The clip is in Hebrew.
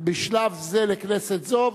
בשלב זה לכנסת זו.